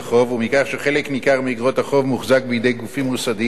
ומכך שחלק ניכר מאיגרות החוב מוחזק בידי גופים מוסדיים,